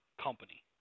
company